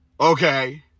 Okay